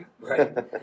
right